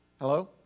Hello